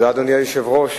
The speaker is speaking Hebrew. אדוני היושב-ראש,